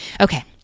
Okay